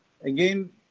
again